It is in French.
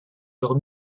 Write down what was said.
leur